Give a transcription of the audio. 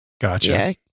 gotcha